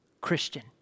Christian